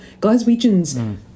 Glaswegians